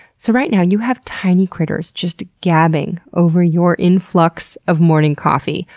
so, right now, you have tiny critters just gabbing over your influx of morning coffee,